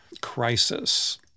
crisis